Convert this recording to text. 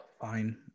Fine